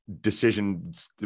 decisions